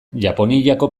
japoniako